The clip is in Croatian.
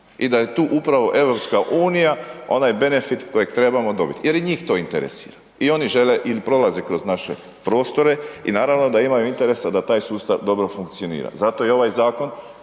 i da je tu upravo EU onaj benefit kojeg trebamo dobit jer i njih to interesira i oni žele il prolaze kroz naše prostore i naravno da imaju interesa da taj sustav dobro funkcionira, zato je i ovaj zakon